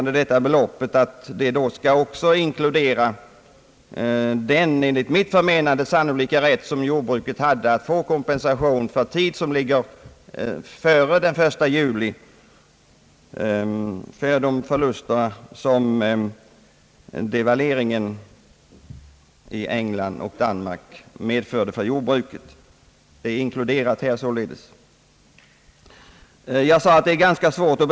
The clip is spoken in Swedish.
Detta belopp skall också inkludera den enligt mitt förmenande sannolika rätt som jordbruket hade att få kompensation för de förluster, som devalveringen i England och Danmark medförde för jordbruket och som i tiden ligger före den 1 juli 1968.